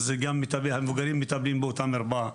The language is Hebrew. אז גם המבוגרים מטפלים באותה מרפאה,